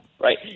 right